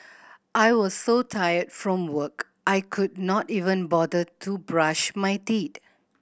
I was so tired from work I could not even bother to brush my teeth